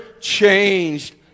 changed